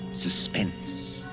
suspense